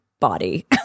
body